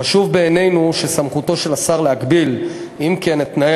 חשוב בעינינו שסמכותו של השר להגביל אם כן את תנאי